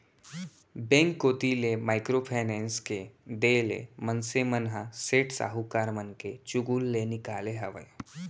bank कोती ले micro finance के देय ले मनसे मन ह सेठ साहूकार मन के चुगूल ले निकाले हावय